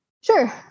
sure